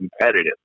competitive